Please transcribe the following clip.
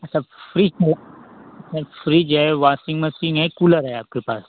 सब free fridge है washing machine है कूलर है आपके पास